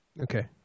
okay